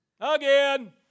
Again